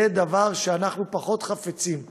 זה דבר שאנחנו פחות חפצים בו.